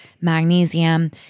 magnesium